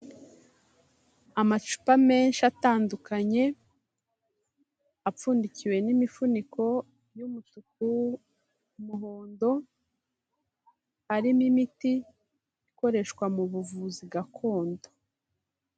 Amacupa menshi atandukanye apfundikiwe n'imifuniko y'umutuku, umuhondo arimo imiti ikoreshwa mu buvuzi gakondo.